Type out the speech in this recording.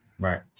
Right